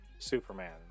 superman